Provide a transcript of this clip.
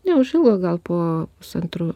neužilgo gal po pusantrų